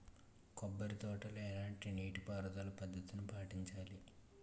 కొబ్బరి తోటలో ఎలాంటి నీటి పారుదల పద్ధతిని పాటించాలి?